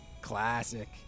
Classic